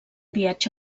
viatge